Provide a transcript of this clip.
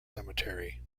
cemetery